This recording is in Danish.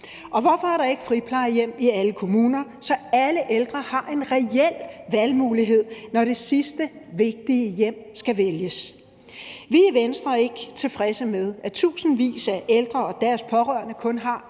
Og hvorfor er der ikke friplejehjem i alle kommuner, så alle ældre har en reel valgmulighed, når det sidste vigtige hjem skal vælges? Vi i Venstre er ikke tilfredse med, at tusindvis af ældre og deres pårørende kun har